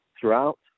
throughout